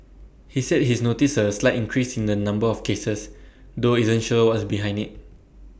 he said he's noticed A slight increase in the number of cases though isn't sure what's behind IT